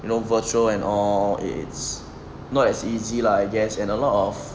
you know virtual and all it's not as easy [[lah]h] I guess and a lot of